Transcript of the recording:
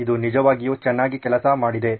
ಇದು ನಿಜವಾಗಿಯೂ ಚೆನ್ನಾಗಿ ಕೆಲಸ ಮಾಡಿದೆ